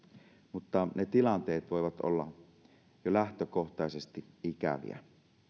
mutta ne tilanteet voivat olla jo lähtökohtaisesti ikäviä